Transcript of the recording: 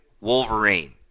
Wolverine